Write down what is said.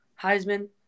Heisman